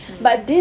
mm